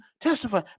testify